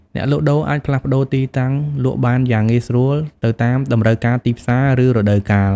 អ្នកលក់ដូរអាចផ្លាស់ប្តូរទីតាំងលក់បានយ៉ាងងាយស្រួលទៅតាមតម្រូវការទីផ្សារ ឬរដូវកាល។